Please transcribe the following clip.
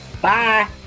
Bye